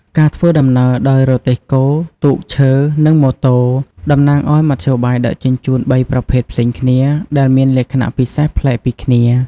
ការធ្វើដំណើរដោយ រទេះគោ ទូកឈើ និងម៉ូតូ តំណាងឱ្យមធ្យោបាយដឹកជញ្ជូនបីប្រភេទផ្សេងគ្នា ដែលមានលក្ខណៈពិសេសប្លែកពីគ្នា ។